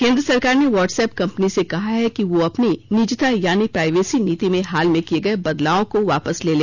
केंद्र सरकार ने व्हाट्सऐप कंपनी से कहा है कि वह अपनी निजता यानी प्राइवेसी नीति में हाल में किए गए बदलावों को वापस ले ले